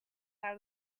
out